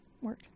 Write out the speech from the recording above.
work